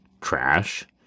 trash